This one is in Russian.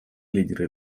лидеры